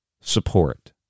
support